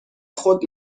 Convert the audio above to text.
خود